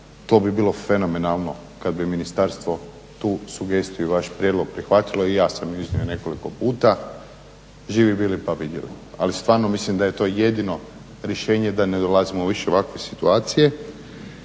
To bi bilo fenomenalno kada bi ministarstvo tu sugestiju, vaš prijedlog prihvatilo i ja sam iznio nekoliko puta. Živi bili pa vidjeli. Ali stvarno mislim da je to jedino rješenje da ne dolazimo više u ovakve situacije,